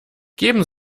geben